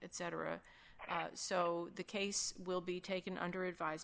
etc so the case will be taken under advise